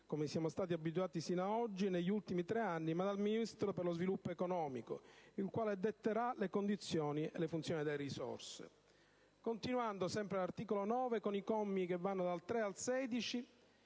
come siamo stati abituati a vedere negli ultimi tre anni e fino ad oggi - ma dal Ministro dello sviluppo economico il quale detterà le condizioni in funzione delle risorse. Continuando, sempre all'articolo 9, con i commi che vanno dal 3 al 16,